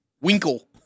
Winkle